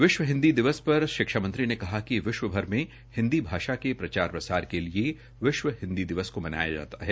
विश्व हिन्दी दिवस पर शिक्षा मंत्री ने विश्वभर में हिन्दी भाषा के प्रचार प्रसार के लिए विश्व हिन्दी दिवस कहा कि को मनाया जाता है